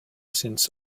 since